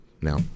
Now